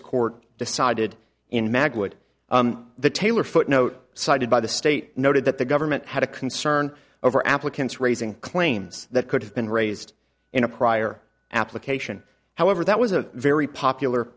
court decided in mag would the taylor footnote cited by the state noted that the government had a concern over applicants raising claims that could have been raised in a prior application however that was a very popular